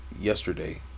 yesterday